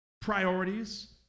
priorities